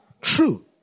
true